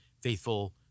faithful